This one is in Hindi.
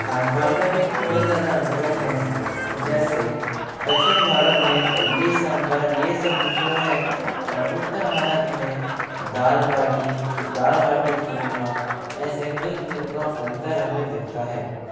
खान पान का भी कहीं ज़्यादा अंतर है जैसे दक्षिण भारत में इडली सांभर यह सब मशहूर है और उत्तर भारत में दाल बाटी चू दाल बाटी चूरमा ऐसे कई जगहो का अंतर हमें दिखता है